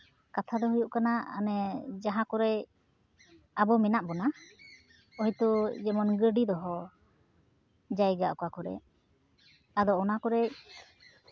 ᱠᱟᱛᱷᱟ ᱫᱚ ᱦᱩᱭᱩᱜ ᱠᱟᱱᱟ ᱚᱱᱮ ᱡᱟᱦᱟᱸ ᱠᱚᱨᱮ ᱟᱵᱚ ᱢᱮᱱᱟᱜ ᱵᱚᱱᱟ ᱦᱳᱭᱛᱳ ᱡᱮᱢᱚᱱ ᱜᱟᱹᱰᱤ ᱫᱚᱦᱚ ᱡᱟᱭᱜᱟ ᱚᱠᱟ ᱠᱚᱨᱮᱫ ᱟᱫᱚ ᱚᱱᱟ ᱠᱚᱨᱮᱫ